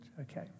Okay